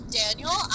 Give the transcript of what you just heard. daniel